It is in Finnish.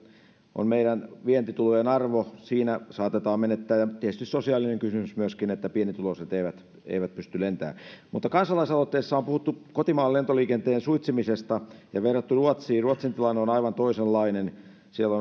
on meidän vientitulojen arvo ja siinä saatetaan menettää ja tietysti on sosiaalinen kysymys myöskin että pienituloiset eivät eivät pysty lentämään kansalaisaloitteessa on puhuttu kotimaan lentoliikenteen suitsimisesta ja verrattu ruotsiin ruotsin tilanne on aivan toisenlainen siellä